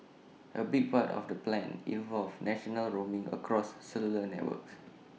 A big part of the plan involves national roaming across cellular networks